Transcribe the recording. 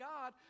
God